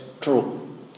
true